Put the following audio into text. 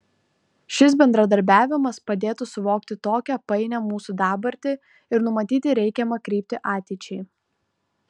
šis bendradarbiavimas padėtų suvokti tokią painią mūsų dabartį ir numatyti reikiamą kryptį ateičiai